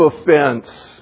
offense